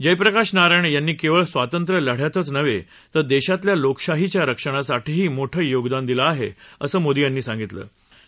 जयप्रकाश नारायण यांनी केवळ स्वातंत्र्य लढ्यातच नव्हे तर देशातल्या लोकशाहीच्या रक्षणासाठीही मोठं योगदान दिलं आहे असं मोदी यांनी म्हटलं आहे